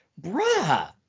bruh